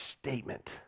statement